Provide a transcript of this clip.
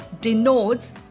denotes